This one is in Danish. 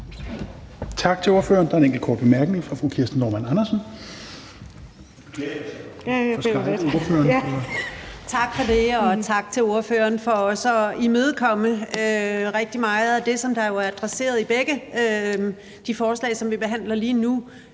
Tak til ordføreren. Der er en enkelt kort bemærkning fra fru Kirsten Normann Andersen. Kl. 15:59 Kirsten Normann Andersen (SF): Tak for det, og tak til ordføreren for også at imødekomme rigtig meget af det, som der jo er adresseret i begge de forslag, som vi behandler lige nu,